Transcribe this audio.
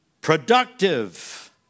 productive